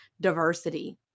diversity